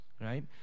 Right